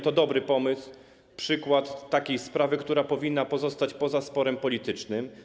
To dobry pomysł, przykład takiej sprawy, która powinna pozostać poza sporem politycznym.